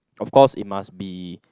of course it must be